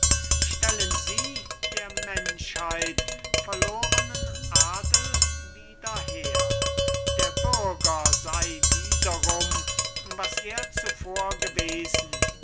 stellen sie der menschheit verlornen adel wieder her der bürger sei wiederum was er zuvor gewesen